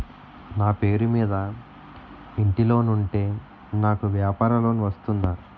నా పేరు మీద ఇంటి లోన్ ఉంటే నాకు వ్యాపార లోన్ వస్తుందా?